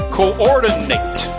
coordinate